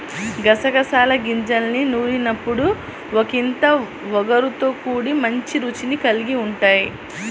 గసగసాల గింజల్ని నూరినప్పుడు ఒకింత ఒగరుతో కూడి మంచి రుచిని కల్గి ఉంటయ్